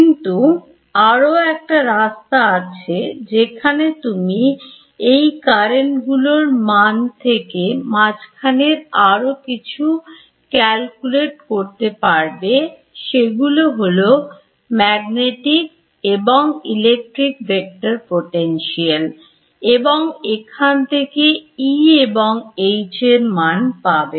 কিন্তু আরও একটা রাস্তা আছে যেখানে তুমি এই কারেন্ট গুলোর মানে থেকে মাঝখানের আরো কিছু ক্যালকুলেট করতে পারবে সেগুলো হলো ম্যাগনেটিক এবং ইলেকট্রিক ভেক্টর পোটেনশিয়াল এবং এখান থেকে E এবং এইচ এর মান পাবে